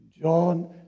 John